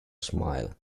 smile